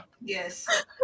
Yes